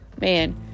man